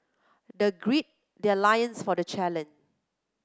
the grid their loins for the challenge